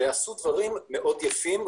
שעשו דברים מאוד יפים,